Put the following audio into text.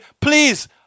please